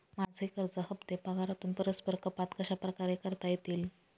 माझे कर्ज हफ्ते पगारातून परस्पर कपात कशाप्रकारे करता येतील?